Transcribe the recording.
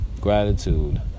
Gratitude